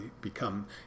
become